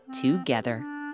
together